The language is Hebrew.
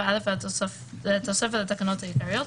7(א) והתוספת לתקנות העיקריות,